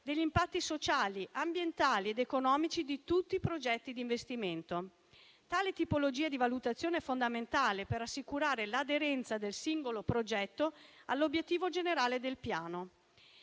degli impatti sociali, ambientali ed economici di tutti i progetti di investimento. Tale tipologia di valutazione è fondamentale per assicurare l'aderenza del singolo progetto all'obiettivo generale del Piano.